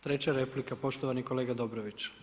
Treća replika poštovani kolega Dobrović.